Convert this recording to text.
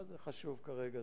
מה זה חשוב כרגע?